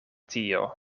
tio